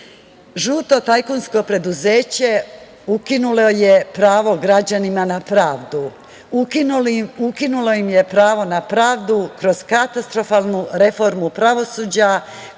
tajkunsko preduzeće, ukinulo je pravo građanima na pravdu, ukinulo im je pravo na pravdu, kroz katastrofalnu reformu pravosuđa,